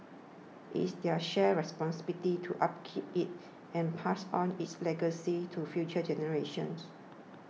it is their shared responsibility to upkeep it and pass on its legacy to future generations